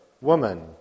Woman